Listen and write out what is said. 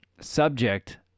subject